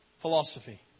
philosophy